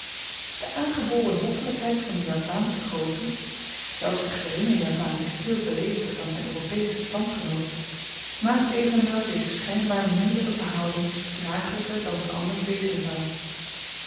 de aangeboren hoffelykheid van den javaanschen groote zelfs de geringe javaan is veel beleefder dan zyn europesche standgenoot maakt evenwel deze schynbaar moeielyke verhouding dragelyker dan ze anders wezen zou